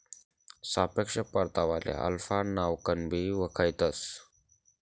सापेक्ष परतावाले अल्फा नावकनबी वयखतंस